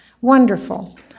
Wonderful